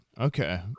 Okay